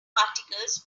particles